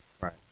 Right